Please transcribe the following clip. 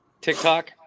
TikTok